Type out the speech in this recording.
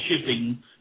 shipping